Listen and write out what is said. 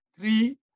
three